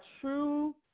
true